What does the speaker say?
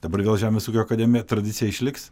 dabar vėl žemės ūkio akademija tradicija išliks